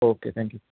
okay thank you